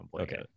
Okay